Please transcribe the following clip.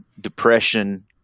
depression